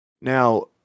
Now